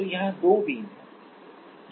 तो यहां दो बीम हैं